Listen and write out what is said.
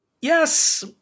Yes